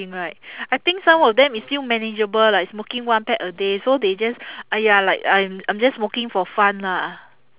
~ng right I think some of them it's still manageable like smoking one pack a day so they just !aiya! like I'm I'm just smoking for fun lah